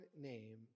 name